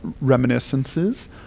reminiscences